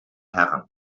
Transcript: herren